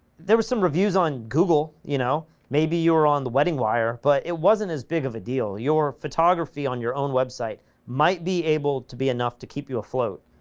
there was some reviews on google you know, maybe you were on the wedding wire, but it wasn't as big of a deal, your photography on your own website might be able to be enough to keep you afloat,